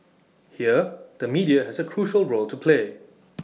here the media has A crucial role to play